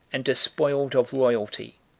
and despoiled of royalty,